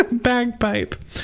bagpipe